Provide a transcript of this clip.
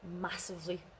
massively